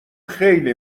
خیلی